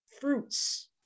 fruits